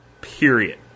Period